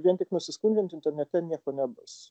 vien tik nusiskundinti internete nieko nebus